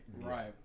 Right